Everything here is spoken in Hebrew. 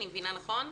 אני מבינה נכון?